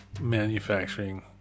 manufacturing